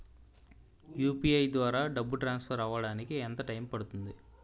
UPI ద్వారా డబ్బు transfer అవ్వడానికి ఎంత టైం పడుతుంది?